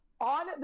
on